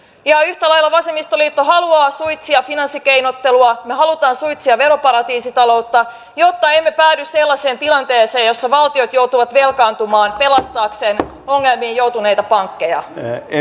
yhtä lailla vasemmistoliitto haluaa suitsia finanssikeinottelua me haluamme suitsia veroparatiisitaloutta jotta emme päädy sellaiseen tilanteeseen jossa valtiot joutuvat velkaantumaan pelastaakseen ongelmiin joutuneita pankkeja